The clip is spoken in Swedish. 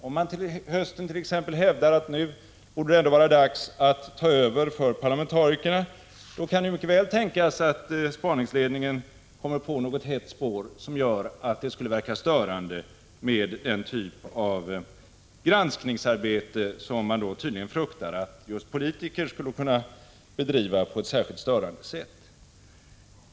Om man t.ex. till hösten hävdar att det borde vara dags för parlamentarikerna att ta över kan det mycket väl tänkas att spaningsledningen får upp något hett spår som gör att det skulle vara störande med den typ av granskningsarbete som man tydligen fruktar att just politiker skulle kunna bedriva på ett särskilt störande sätt.